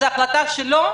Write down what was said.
זה החלטה שלו?